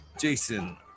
Jason